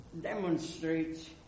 demonstrates